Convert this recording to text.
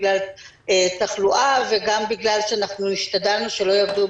בגלל תחלואה וגם בגלל שאנחנו השתדלנו שלא יעבדו